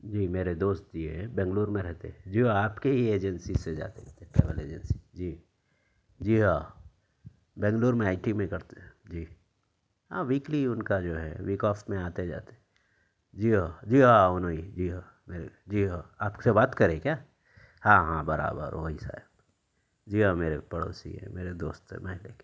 جی میرے دوست یہ بنگلور میں رہتے جی وہ آپ کے ہی ایجنسی سے جاتے رہتے ہیں ٹریویل ایجنسی جی جی ہاں بنگلور میں آئی ٹی میں کرتے ہیں جی ہاں ویکلی ان کا جو ہے ویک آف میں آتے جاتے جی ہاں جی ہاں انھوں ہی جی ہاں میں جی ہاں آپ سے بات کرے کیا ہاں ہاں برابر وہی سا جی ہاں میرے پڑوسی ہیں میرے دوست ہیں میں